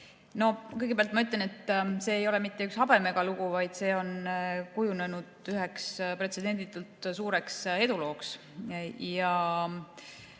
Kõigepealt ma ütlen, et see ei ole mitte üks habemega lugu, vaid see on kujunenud üheks pretsedenditult suureks edulooks.